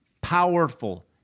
powerful